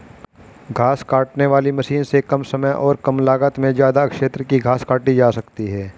घास काटने वाली मशीन से कम समय और कम लागत में ज्यदा क्षेत्र की घास काटी जा सकती है